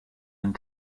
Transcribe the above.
and